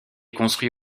construit